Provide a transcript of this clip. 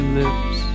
lips